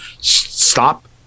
stop